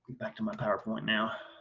back to my powerpoint now.